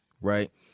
right